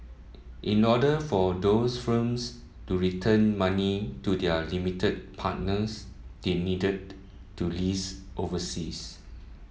in order for those firms to return money to their limited partners they needed to list overseas